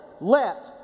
let